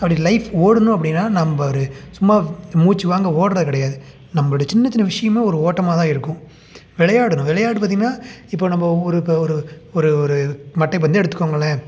அப்படி லைஃப் ஓடணும் அப்படின்னா நம்ம ஒரு சும்மா மூச்சு வாங்க ஓடுறது கிடையாது நம்மளோடைய சின்ன சின்ன விஷியமும் ஒரு ஓட்டமாக தான் இருக்கும் விளையாடணும் விளையாட்டு பார்த்திங்கன்னா இப்போ நம்ம ஒரு இப்போ ஒரு ஒரு ஒரு மட்டைப்பந்து எடுத்துக்கோங்களேன்